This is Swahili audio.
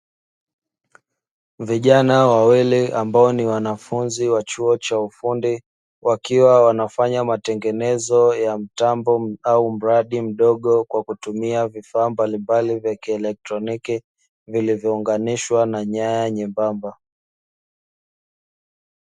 Vijana wawili ambao ni wanafunzi wa chuo cha ufundi, wakiwa wanafanya matengenezo ya mtambo au mradi mdogo kwa kutumia vifaa mbalimbali vya kielektroniki, vilivyounganishwa na nyaya nyembamba.